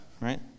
right